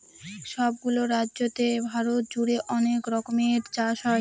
সব গুলো রাজ্যতে ভারত জুড়ে অনেক রকমের চাষ হয়